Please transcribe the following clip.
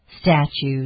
statues